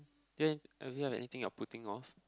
do you have uh do you have anything you're putting off